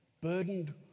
burdened